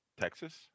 Texas